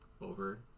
over